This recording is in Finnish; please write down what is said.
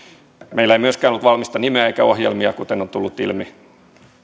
meillä ei myöskään ollut valmista nimeä eikä ohjelmia kuten on tullut ilmi